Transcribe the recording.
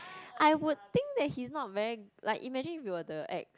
I would think that he's not very like imagine we were the ex